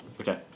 Okay